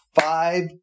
five